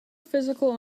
physical